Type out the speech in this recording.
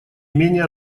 менее